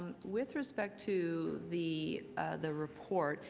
um with respect to the the report,